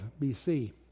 BC